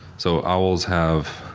so owls have